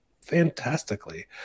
fantastically